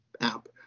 app